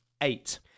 eight